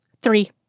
Three